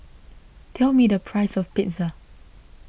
tell me the price of Pizza